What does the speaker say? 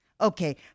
Okay